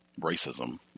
racism